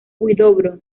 huidobro